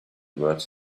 words